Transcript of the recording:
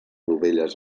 dovelles